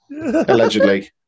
Allegedly